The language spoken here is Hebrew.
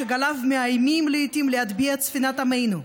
שגליו מאיימים לעיתים להטביע את ספינת עמנו,